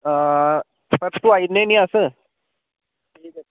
हां परसों आई जन्ने निं अस